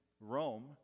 rome